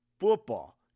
Football